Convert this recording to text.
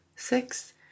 six